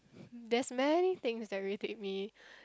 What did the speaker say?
there's many things that irritate me